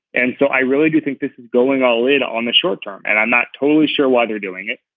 and so i really do think this is going all in on the short term and i'm not totally sure why they're doing it.